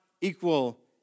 equal